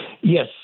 Yes